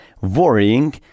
worrying